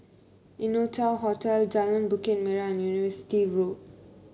Innotel Hotel Jalan Bukit Merah and University Road